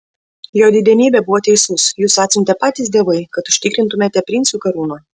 jo didenybė buvo teisus jus atsiuntė patys dievai kad užtikrintumėte princui karūną